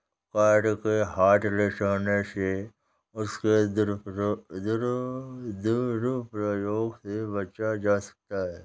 card के hotlist होने से उसके दुरूप्रयोग से बचा जा सकता है